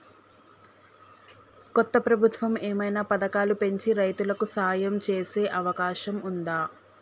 కొత్త ప్రభుత్వం ఏమైనా పథకాలు పెంచి రైతులకు సాయం చేసే అవకాశం ఉందా?